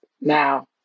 now